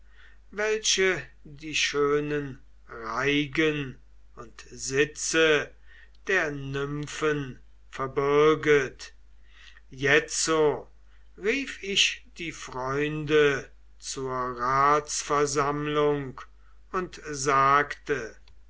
welche die schönen reigen und sitze der nymphen verbirget jetzo rief ich die freunde zur ratsversammlung und sagte